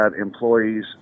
employees